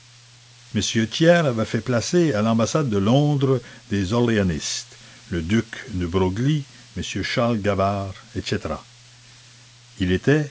thiers avait fait placer à l'ambassade de londres des orléanistes le duc de broglie m charles gavard etc il était